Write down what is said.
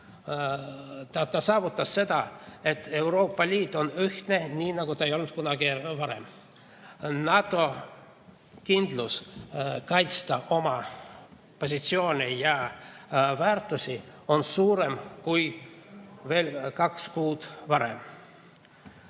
on saavutanud seda, et Euroopa Liit on ühtsem kui kunagi varem. NATO kindel soov kaitsta oma positsioone ja väärtusi on suurem kui veel kaks kuud varem.